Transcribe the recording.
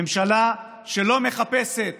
ממשלה שלא מחפשת